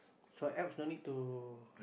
so apps no need to